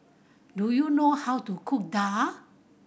do you know how to cook daal